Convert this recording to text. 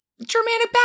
Germanic